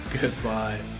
goodbye